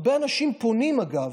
הרבה אנשים פונים, אגב,